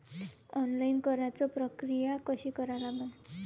Online कराच प्रक्रिया कशी करा लागन?